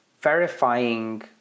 verifying